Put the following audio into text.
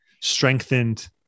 strengthened